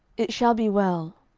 it shall be well.